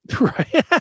Right